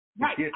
right